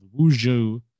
Wuzhou